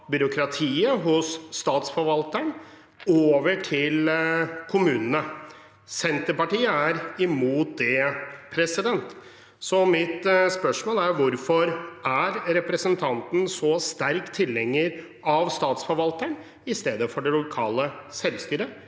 byråkratiet hos statsforvalteren over til kommunene. Senterpartiet er imot det, så mitt spørsmål er: Hvorfor er representanten så sterk tilhenger av statsforvalteren i stedet for det lokale selvstyret